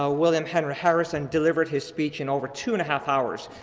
ah william henry harrison delivered his speech in over two and a half hours.